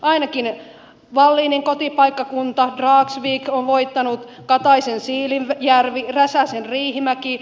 ainakin wallinin kotipaikkakunta dragsvik on voittanut kataisen siilinjärvi räsäsen riihimäki